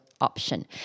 option